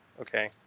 Okay